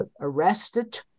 arrested